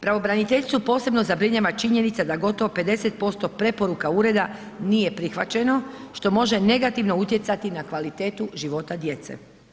Pravobraniteljicu posebno zabrinjava činjenica da gotovo 50% preporuka ureda nije prihvaćeno, što može negativno utjecati na kvalitetu života djece.